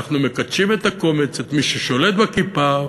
אנחנו מקדשים את הקומץ, את מי ששולט בכיפה,